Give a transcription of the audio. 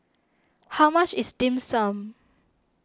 how much is Dim Sum